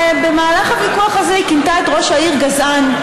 במהלך הוויכוח הזה היא כינתה את ראש העיר גזען,